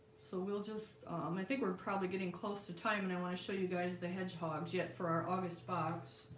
so we'll just um i think we're probably getting close to time and i want to show you guys the hedgehogs yet for our august box